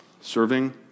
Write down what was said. Serving